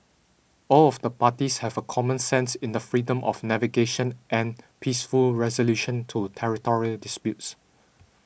all of the parties have a common sense in the freedom of navigation and peaceful resolution to territory disputes